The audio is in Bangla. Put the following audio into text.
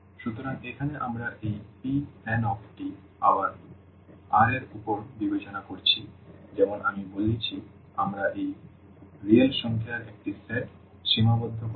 সুতরাং এখানে আমরা এই Pn আবার R এর উপর বিবেচনা করছি যেমন আমি বলেছি আমরা এখানে রিয়েল সংখ্যার একটি সেট সীমাবদ্ধ করব